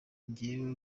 genda